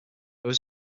there